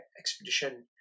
expedition